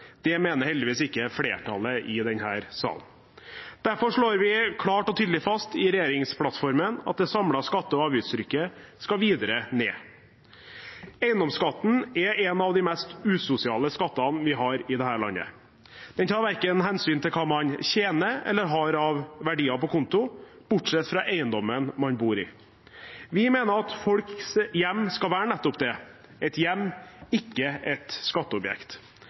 Det mener heldigvis ikke flertallet i denne salen. Derfor slår vi klart og tydelig fast i regjeringsplattformen at det samlede skatte- og avgiftstrykket skal videre ned. Eiendomsskatten er en av de mest usosiale skattene vi har i dette landet. Den tar hensyn til verken hva man tjener eller hva man har av verdier på konto, bortsett fra eiendommen man bor i. Vi mener at folks hjem skal være nettopp det – et hjem, ikke et skatteobjekt.